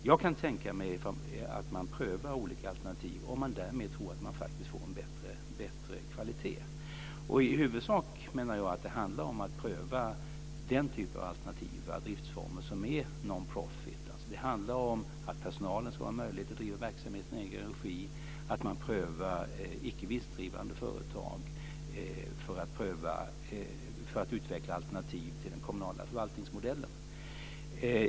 Jag kan tänka mig att man prövar olika alternativ om man tror att man därmed faktiskt får en bättre kvalitet. I huvudsak menar jag att det handlar om att pröva den typen av alternativa driftsformer som är non-profit. Det handlar alltså om att personalen ska ha möjlighet att driva verksamheten i egen regi, att man prövar icke vinstdrivande företag för att utveckla alternativ till den kommunala förvaltningsmodellen.